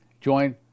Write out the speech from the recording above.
join